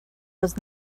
was